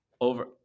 over